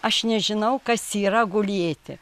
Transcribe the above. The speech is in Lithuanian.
aš nežinau kas yra gulėti